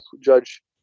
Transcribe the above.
judge